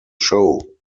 show